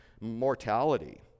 mortality